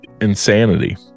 insanity